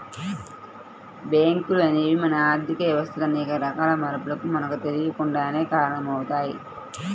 బ్యేంకులు అనేవి మన ఆర్ధిక వ్యవస్థలో అనేక రకాల మార్పులకు మనకు తెలియకుండానే కారణమవుతయ్